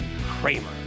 Kramer